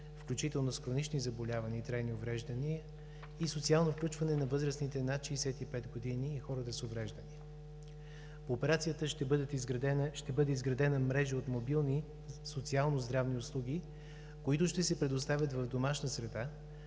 включително с хронични заболявания, трайни увреждания и социално включване на възрастните хора над 65 години и хората с увреждания. По операцията ще бъде изградена мрежа от мобилни социално-здравни услуги, които ще се предоставят в домашна среда,